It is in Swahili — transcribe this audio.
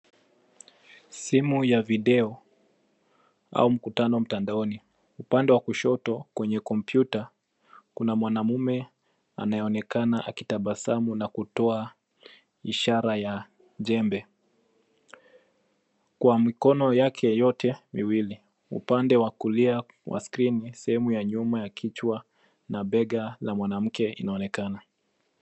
Simu ya video au mkutano mtandaoni, upande wa kushoto kwenye kompyuta kuna mwanamume anayeonekana akitabasamu na kutoa ishara ya jembe, kwa mikono yake yote miwili. Upande wa kulia wa skrini sehemu ya nyuma ya kichwa na bega la mwanamke inaonekana.